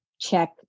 check